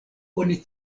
oni